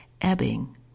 ebbing